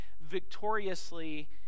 victoriously